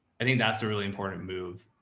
i think that's a really important move.